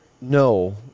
No